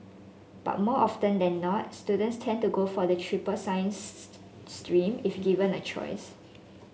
but more often than not students tend to go for the triple science stream if given a choice